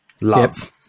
Love